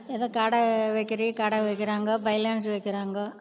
ஏதோ கடை வைக்கிறவிக கடை வைக்கிறாங்க பைலான்ஸு வைக்கிறாங்க